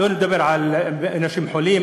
אני לא מדבר על אנשים חולים,